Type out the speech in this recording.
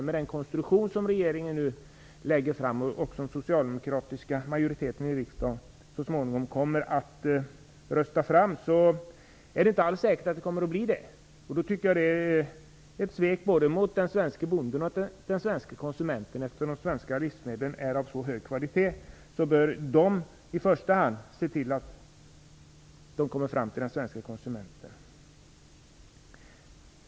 Med den konstruktion som regeringen nu angivit och som den socialdemokratiska majoriteten i riksdagen så småningom kommer att rösta igenom är det inte alls säkert att så kommer att bli fallet. Det är ett svek både mot bonden och mot den svenska konsumenten. Eftersom de svenska livsmedlen har så hög kvalitet, bör man se till att i första hand dessa kommer fram till den svenska konsumenten.